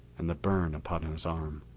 and the burn upon his arm.